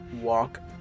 walk